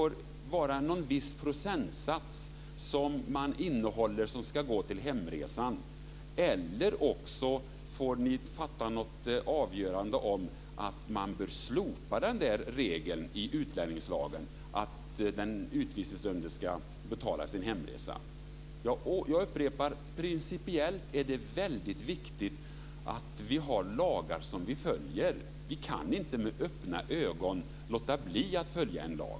Regeringen får utreda hur man vill ha det. Annars får ni fatta beslut om att man bör slopa regeln i utlänningslagen om att den utvisningsdömde ska betala sin hemresa. Jag upprepar att det är principiellt viktigt att vi har lagar som vi följer. Vi kan inte med öppna ögon låta bli att följa en lag.